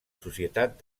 societat